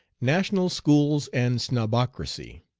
national schools and snobocracy.